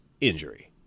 injury